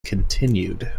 continued